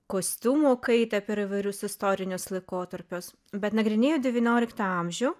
kostiumų kaitą per įvairius istorinius laikotarpius bet nagrinėju devynioliktą amžių